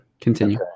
continue